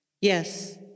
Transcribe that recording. Yes